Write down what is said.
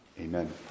Amen